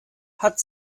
hat